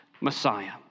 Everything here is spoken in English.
Messiah